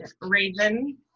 Raven